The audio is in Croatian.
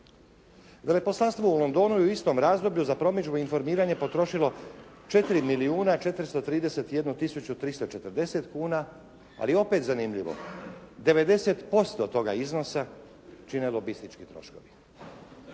Veleposlanstvo u Londonu je u istom razdoblju za promidžbu i informiranje potrošilo 4 milijuna 431 tisuću 340 kuna. Ali opet zanimljivo, 90% od toga iznosa čine lobistički troškovi.